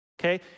Okay